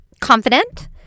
confident